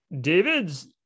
David's